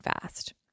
fast